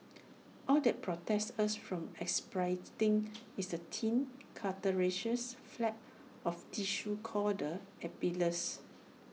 all that protects us from aspirating is A thin cartilaginous flap of tissue called the epiglottis